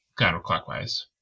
counterclockwise